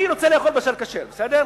אני רוצה לאכול בשר כשר, בסדר?